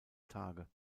tage